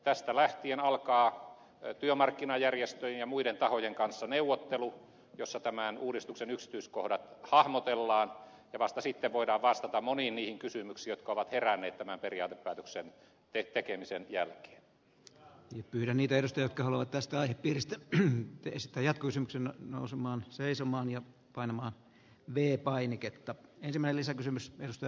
tästä lähtien alkaa työmarkkinajärjestöjen ja muiden tahojen kanssa neuvottelu jossa tämän uudistuksen yksityiskohdat hahmotellaan ja vasta sitten voidaan vastata moniin niihin kysymyksiin jotka ovat heränneet tämän periaatepäätöksen tekemisen jälki on pyramideista jotka haluavat tästä aihepiiristä teestä ja kysymyksen nousemaan seisomaan ja panemaan mie painiketta elimellisen kysymys jälkeen